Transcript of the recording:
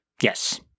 Yes